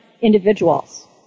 individuals